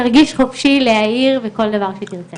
תרגיש חופשי להעיר וכל דבר שתרצה.